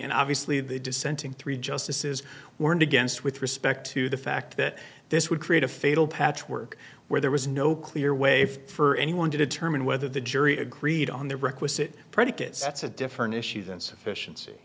and obvious the dissenting three justices warned against with respect to the fact that this would create a fatal patchwork where there was no clear way for anyone to determine whether the jury agreed on the requisite predicates that's a different issue than sufficien